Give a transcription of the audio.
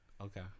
Okay